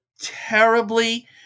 terribly